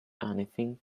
anything